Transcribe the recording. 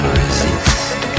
resist